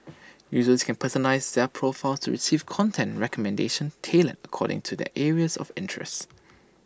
users can personalise their profiles to receive content recommendations tailored according to their areas of interest